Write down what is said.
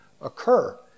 occur